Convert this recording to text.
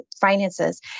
finances